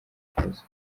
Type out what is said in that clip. kibazo